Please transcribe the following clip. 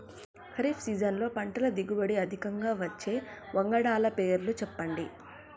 ఖరీఫ్ సీజన్లో పంటల దిగుబడి అధికంగా వచ్చే వంగడాల పేర్లు చెప్పండి?